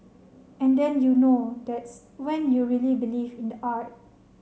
and then you know that's when you really believe in the art